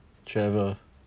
travel